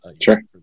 sure